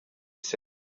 said